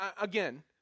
again